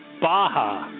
Baja